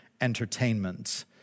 entertainment